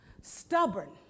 Stubborn